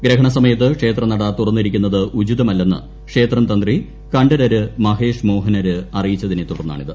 ഗ്രഹണസമയത്ത് ക്ഷേത്രനട തുറന്നിരിക്കുന്നത് ഉചിതമല്ലെന്നു ക്ഷേത്രം തന്തി കണ്ഠരര് മഹേഷ് മോഹനര് അറിയിച്ചതിനെ തുടർന്നാണിത്